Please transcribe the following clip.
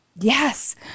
Yes